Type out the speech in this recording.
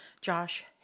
Josh